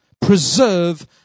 Preserve